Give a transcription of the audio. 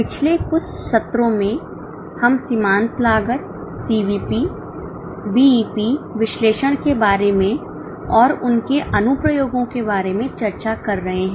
पिछले कुछ सत्रों में हम सीमांत लागत सीवीपी विश्लेषण के बारे में और उनके अनुप्रयोगों के बारे में चर्चा कर रहे हैं